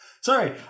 Sorry